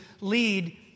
lead